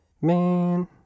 man